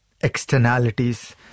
externalities